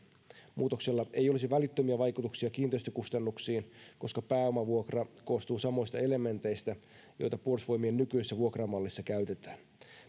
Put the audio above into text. muutoksella ei olisi välittömiä vaikutuksia kiinteistökustannuksiin koska pääomavuokra koostuu samoista elementeistä joita puolustusvoimien nykyisessä vuokramallissa käytetään